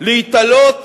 להתעלות